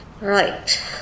right